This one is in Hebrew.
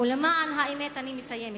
אני מסיימת.